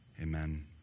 Amen